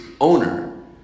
owner